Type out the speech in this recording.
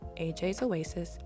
ajsoasis